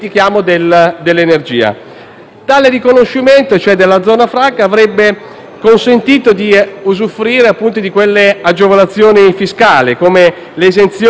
Tale riconoscimento della zona franca avrebbe consentito di usufruire di agevolazioni fiscali quali l'esenzione dell'applicazione dell'imposta